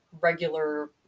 regular